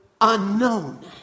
unknown